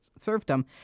serfdom